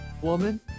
Woman